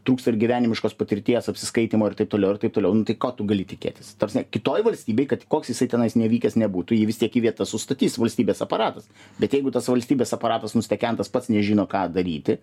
trūksta ir gyvenimiškos patirties apsiskaitymo ir taip toliau ir taip toliau nu tai ko tu gali tikėtis ta prasme kitoj valstybėj kad koks jisai tenais nevykęs nebūtų jį vis tiek į vietas sustatys valstybės aparatas bet jeigu tas valstybės aparatas nustekentas pats nežino ką daryti